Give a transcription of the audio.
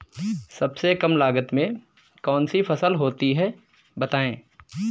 सबसे कम लागत में कौन सी फसल होती है बताएँ?